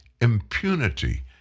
impunity